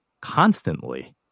constantly